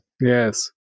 Yes